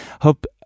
Hope